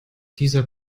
dieser